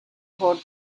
for